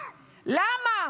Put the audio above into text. למה